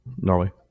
Norway